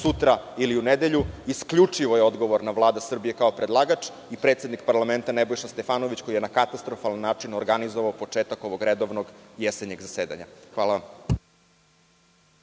sutra ili u nedelju, isključivo je odgovorna Vlada Srbije, kao predlagač i predsednik parlamenta Nebojša Stefanović, koji je na katastrofalan način organizovao početak ovog redovnog jesenjeg zasedanja. Hvala vam.